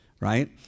Right